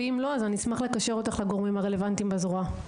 ואם לא, אשמח לקשר אותך לגורמים הרלוונטיים בזרוע.